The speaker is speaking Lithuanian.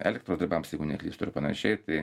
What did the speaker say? elektros darbams jeigu neklystu ir panašiai tai